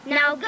Now